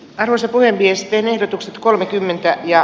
arvoisat puheviestien ehdotukset kolmekymmentä ja